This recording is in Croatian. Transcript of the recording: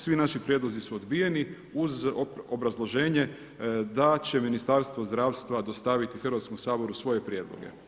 Svi naši prijedlozi su odbijeni uz obrazloženje da će Ministarstvo zdravstva dostaviti Hrvatskom saboru svoje prijedloge.